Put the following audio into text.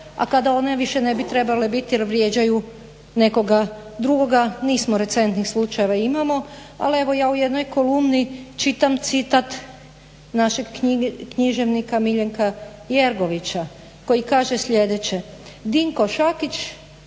a kada one više ne bi trebale biti jer vrijeđaju nekoga drugoga. Nismo recentnih slučajevima imamo, ali evo ja u jednoj kolumni čitam citat našeg književnika Miljenka Jergovića koji kaže slijedeće: "Dinko Šakić,